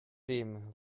dem